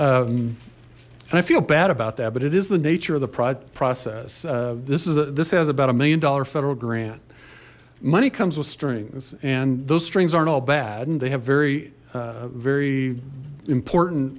and i feel bad about that but it is the nature of the process this is a this has about a million dollar federal grant money comes with strings and those strings aren't all bad and they have very very important